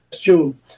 June